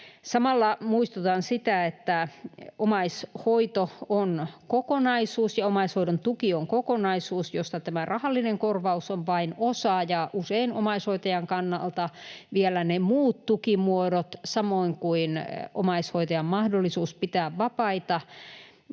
Samalla muistutan siitä, että omaishoito on kokonaisuus ja omaishoidon tuki on kokonaisuus, josta tämä rahallinen korvaus on vain osa. Usein omaishoitajan kannalta ne muut tukimuodot, samoin kuin omaishoitajan mahdollisuus pitää vapaita